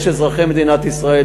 יש אזרחי מדינת ישראל,